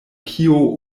kio